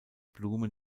blume